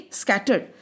scattered